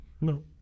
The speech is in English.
No